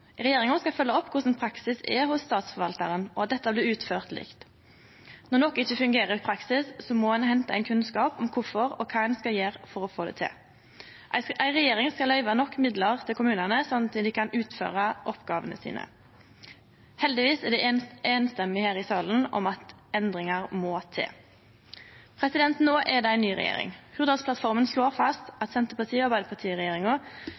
Regjeringa skal følgje opp korleis praksis er hos Statsforvaltaren, og at dette blir utført likt. Når noko ikkje fungerer i praksis, må ein hente inn kunnskap om kvifor, og kva ein skal gjere for å få det til. Ei regjering skal løyve nok midlar til kommunane sånn at dei kan utføre oppgåvene sine. Heldigvis er me samstemde her i salen om at endringar må til. No er det ei ny regjering. Hurdalsplattforma slår fast at Senterparti–Arbeidarparti-regjeringa skal styrkje det universelle velferdstilbodet til barn og